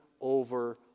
over